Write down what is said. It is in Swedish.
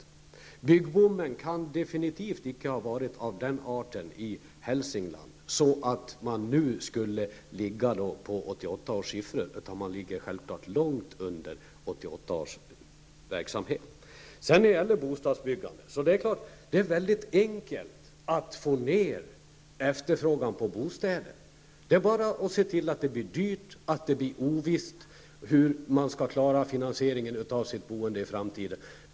I Hälsingland kan byggboomen definitivt inte ha varit av den arten att man nu ligger på 1988 års siffor, utan verksamheten ligger självfallet på en nivå långt under den som rådde år 1988. När det sedan gäller bostadsbyggandet är det mycket enkelt att få ner efterfrågan på bostäder. Det är bara att se till att det blir dyrt och ovisst när det gäller hur man skall klara finansieringen av sitt boende i framtiden.